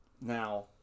Now